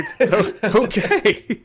okay